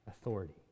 authority